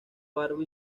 barba